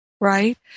right